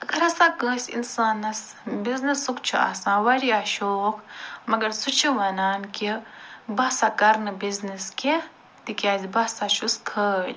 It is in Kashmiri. اگر ہَسا کٲنٛسہِ اِنسانس بِزنیٚسُک چھُ آسان وارِیاہ شوق مگر سُہ چھُ وَنان کہِ بہٕ سا کرنہٕ بزِنیٚس کیٚنٛہہ تِکیٛازِ بہٕ ہسا چھُس خٲلۍ